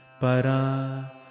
Para